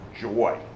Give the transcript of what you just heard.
joy